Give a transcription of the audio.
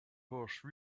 horse